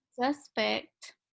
Suspect